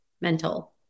mental